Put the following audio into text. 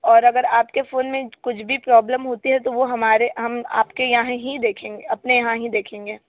और अगर आपके फ़ोन में कुछ भी प्रॉब्लम होती है तो वो हमारे हम आपके यहाँ ही देखेंगे अपने यहाँ ही देखेंगे